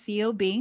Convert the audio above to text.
COB